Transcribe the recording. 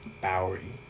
Bowery